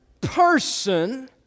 person